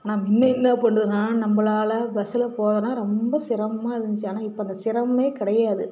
ஆனால் முன்ன என்ன பண்ணுறதுனா நம்பளால் பஸ்ஸில் போகலாம் ரொம்ப சிரமமாக இருந்துச்சு ஆனால் இப்போ அந்த சிரமமே கிடையாது